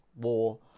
war